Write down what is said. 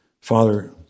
Father